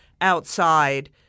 outside